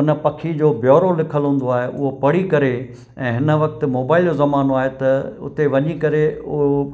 उन पखी जो ब्योरो लिखियलु हूंदो आहे उहो पढ़ी करे ऐं हिन वक़्तु मोबाइल जो ज़मानो हे त उते वञी करे उहो